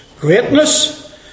greatness